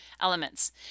elements